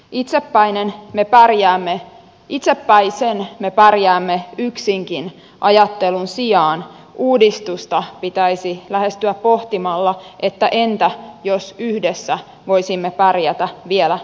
itsepäisen me pärjäämme yksinkin ajattelun sijaan uudistusta pitäisi lähestyä pohtimalla että entä jos yhdessä voisimme pärjätä vielä paremmin